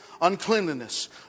uncleanliness